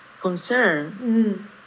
concern